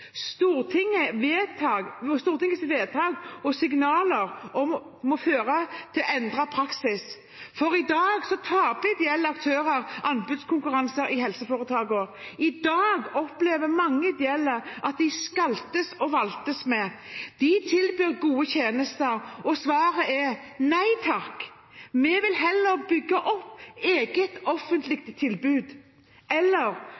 Stortingets vedtak og signaler må føre til endret praksis, for i dag taper ideelle aktører anbudskonkurranser i helseforetakene. I dag opplever mange ideelle at de skaltes og valtes med. De tilbyr gode tjenester, og svaret er: Nei takk, vi vil heller bygge opp et eget offentlig tilbud. Eller